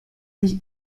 sich